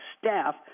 Staff